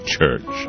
Church